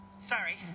Sorry